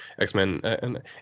x-men